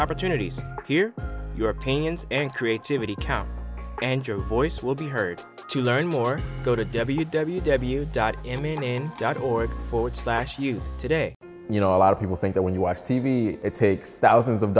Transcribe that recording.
opportunities here your opinions and creativity count and your voice will be heard to learn more go to w w w dot him in dot org forward slash you today you know a lot of people think that when you watch t v it takes thousands of